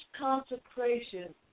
consecration